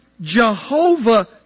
Jehovah